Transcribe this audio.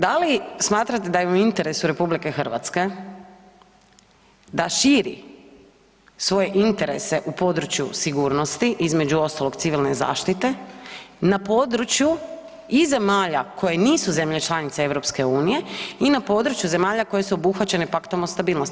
Da li smatrate da je u interesu RH da širi svoje interese u području sigurnosti, između ostalog, civilne zaštite na području i zemalja koje nisu zemlje članice EU i na području zemalja koje su obuhvaćene Paktom o stabilnosti?